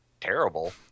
terrible